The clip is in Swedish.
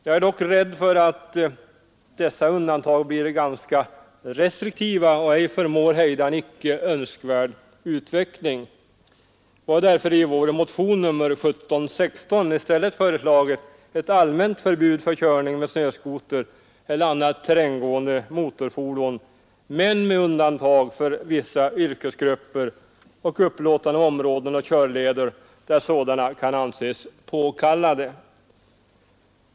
Jag är dock rädd för att dessa undantag blir ganska restriktiva och ej förmår hejda en icke Önskvärd utveckling. Vi har därför i motionen 1716 i stället föreslagit ett allmänt förbud för körning med snöskoter eller annat terränggående motorfordon men med undantag för vissa yrkesgrupper och med upplåtande av områden och körleder där sådana kan anses påkallade.